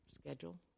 schedule